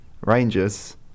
Rangers